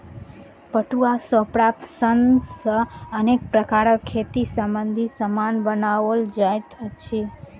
पटुआ सॅ प्राप्त सन सॅ अनेक प्रकारक खेती संबंधी सामान बनओल जाइत अछि